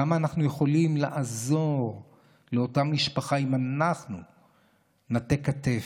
כמה אנחנו יכולים לעזור לאותה משפחה אם נטה כתף,